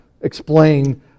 explain